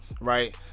right